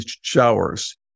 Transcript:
showers